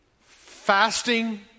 fasting